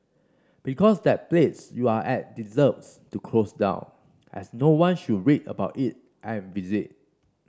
because that place you're at deserves to close down as no one should read about it and visit